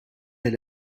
elle